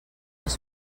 les